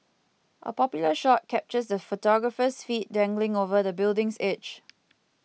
a popular shot captures the photographer's feet dangling over the building's edge